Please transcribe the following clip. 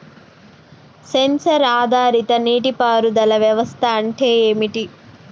Censor ఆధారిత నీటి పారుదల వ్యవస్థ అంటే ఏమిటి?